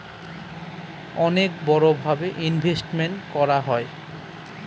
অনেক বড়ো ভাবে ইনভেস্টমেন্ট করা হয়